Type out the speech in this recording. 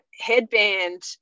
headband